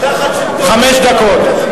תחת שלטון, חמש דקות.